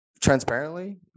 transparently